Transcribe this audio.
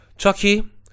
Chucky